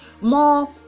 more